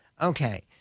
Okay